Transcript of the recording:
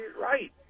right